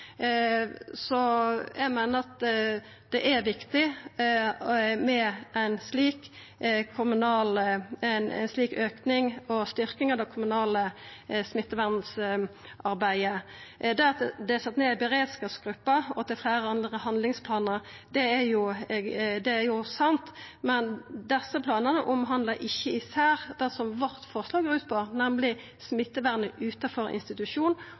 Eg meiner at det er viktig med ein slik auke og styrking av det kommunale smittevernarbeidet. Det at det er sett ned beredskapsgrupper, og at det er fleire andre handlingsplanar, er jo sant, men desse planane omhandlar ikkje især det som forslaget vårt går ut på, nemleg smittevernet utanfor institusjon.